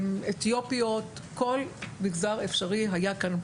אתיופיות, כל מגזר אפשרי היה כאן.